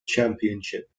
championship